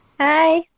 Hi